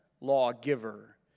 lawgiver